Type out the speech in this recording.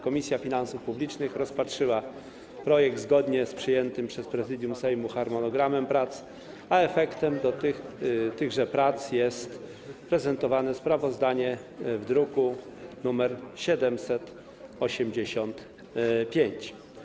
Komisja Finansów Publicznych rozpatrzyła projekt zgodnie z przyjętym przez Prezydium Sejmu harmonogramem prac, a efektem tychże prac jest sprawozdanie prezentowane w druku nr 785.